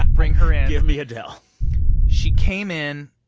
bring her in give me adele she came in.